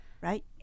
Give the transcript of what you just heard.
right